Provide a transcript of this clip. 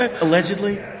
Allegedly